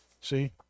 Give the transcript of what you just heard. See